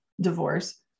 divorce